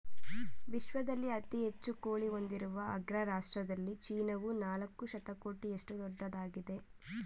ವಿಶ್ವದಲ್ಲಿ ಅತಿ ಹೆಚ್ಚು ಕೋಳಿ ಹೊಂದಿರುವ ಅಗ್ರ ರಾಷ್ಟ್ರದಲ್ಲಿ ಚೀನಾವು ನಾಲ್ಕು ಶತಕೋಟಿಯಷ್ಟು ದೊಡ್ಡದಾಗಿದೆ